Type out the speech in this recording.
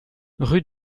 rue